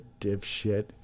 dipshit